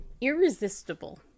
irresistible